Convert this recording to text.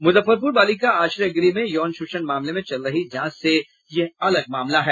मुज़फ्फरपूर बालिका आश्रय गृह में यौन शोषण मामले में चल रही जांच से यह अलग मामला है